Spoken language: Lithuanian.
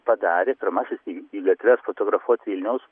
padarė pirmasis į gatves fotografuoti vilniaus